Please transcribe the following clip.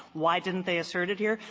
why didn't they assert it here?